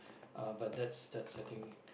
uh but that's that's I think